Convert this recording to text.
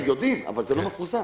הם יודעים אבל זה לא מפורסם.